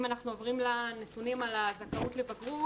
אם אנחנו עוברים לנתונים על הזכאות לבגרות,